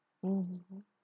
mm